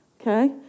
okay